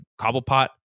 Cobblepot